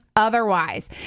Otherwise